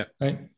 right